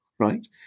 right